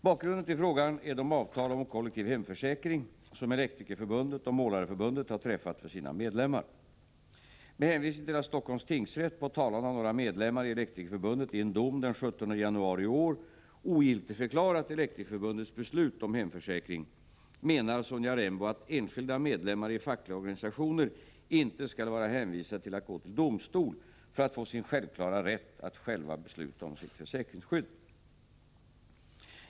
Bakgrunden till frågan är de avtal om kollektiv hemförsäkring som Elektrikerförbundet och Målareförbundet har träffat för sina medlemmar. Med hänvisning till att Stockholms tingsrätt på talan av några medlemmar i Elektrikerförbundet i en dom den 17 januari i år ogiltigförklarat Elektrikerförbundets beslut om hemförsäkring menar Sonja Rembo att enskilda medlemmar i fackliga organisationer inte skall vara hänvisade till att gå till domstol för att få sin självklara rätt att själva besluta om sitt försäkringsskydd.